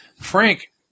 Frank